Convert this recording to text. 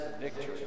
victory